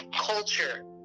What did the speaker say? culture